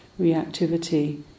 reactivity